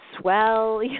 swell